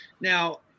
Now